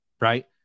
right